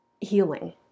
healing